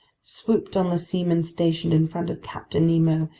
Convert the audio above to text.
swooped on the seaman stationed in front of captain nemo,